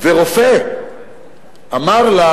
ורופא אמר לה